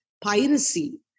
piracy